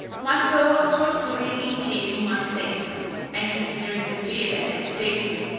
my thoughts were fully in keeping my seat and considering the fear that had seized me,